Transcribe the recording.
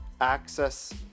access